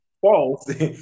false